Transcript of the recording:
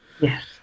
Yes